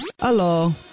Hello